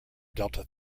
delta